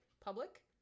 public